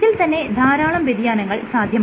ഇതിൽ തന്നെ ധാരാളം വ്യതിയാനങ്ങൾ സാധ്യമാണ്